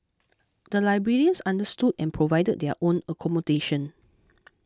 the librarians understood and provided their own accommodation